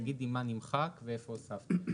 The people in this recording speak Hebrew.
תגידי מה נמחק ואיפה הוספתם.